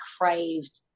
craved